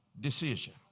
decision